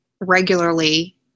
regularly